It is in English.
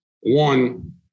one